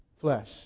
flesh